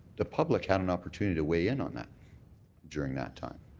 the public had an opportunity to weigh in on that during that time.